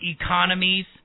economies